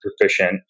proficient